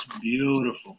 beautiful